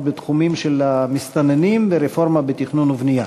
בתחומים של המסתננים והרפורמה בתכנון ובבנייה.